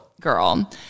girl